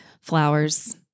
flowers